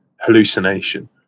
hallucination